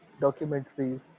documentaries